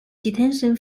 detention